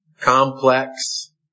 complex